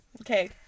Okay